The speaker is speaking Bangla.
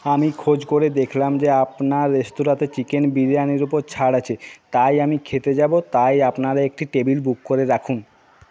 আমি খোঁজ করে দেখলাম যে আপনার রেস্তোরাঁতে চিকেন বিরিয়ানির উপর ছাড় আছে তাই আমি খেতে যাবো তাই আপনারা একটি টেবিল বুক করে রাখুন